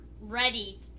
ready